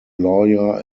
lawyer